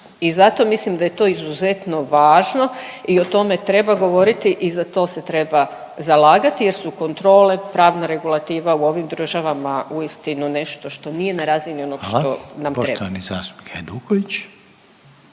I zato mislim da je to izuzetno važno i o tome treba govoriti i za to se treba zalagati jer su kontrole pravna regulativa u ovim država uistinu nešto što nije na razini onog što …/Upadica